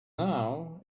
now